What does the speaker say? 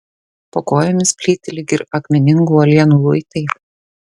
po kojomis plyti lyg ir akmeningų uolienų luitai